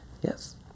yes